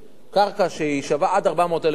קרקע ששווה עד 400,000 שקל,